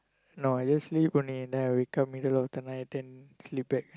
no I just sleep only then I wake up middle of the night then sleep back